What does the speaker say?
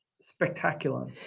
spectacular